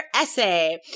essay